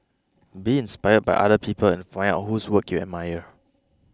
be inspired by other people and find out whose work you admire